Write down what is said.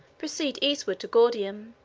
proceed eastward to gordium,